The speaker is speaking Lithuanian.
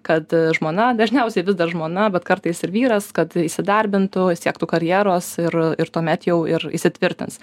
kad žmona dažniausiai vis dar žmona bet kartais ir vyras kad įsidarbintų siektų karjeros ir tuomet jau ir įsitvirtins